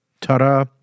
Ta-da